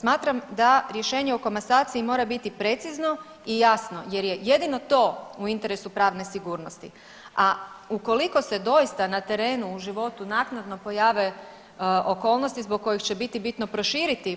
Smatram da rješenje o komasaciji mora biti precizno i jasno jer je jedino to u interesu pravne sigurnosti, a ukoliko se doista na terenu u životu naknadno pojave okolnosti zbog kojih će biti bitno proširiti